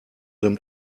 them